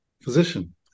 physician